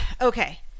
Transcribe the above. Okay